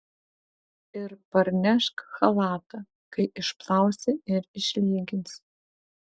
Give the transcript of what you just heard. ir parnešk chalatą kai išplausi ir išlyginsi